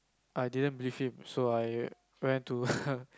I didn't believe him so I went to